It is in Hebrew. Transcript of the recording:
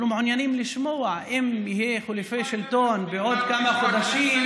אנחנו מעוניינים לשמוע: אם יהיו חילופי שלטון בעוד כמה חודשים,